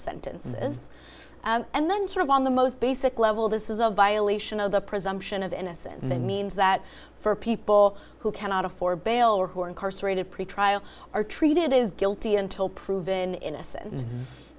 sentences and then sort of on the most basic level this is a violation of the presumption of innocence that means that for people who cannot afford bail or who are incarcerated pretrial are treated as guilty until proven innocent and